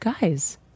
Guys